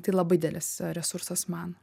tai labai didelis resursas man